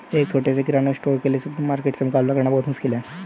एक छोटे से किराना स्टोर के लिए सुपरमार्केट से मुकाबला करना मुश्किल है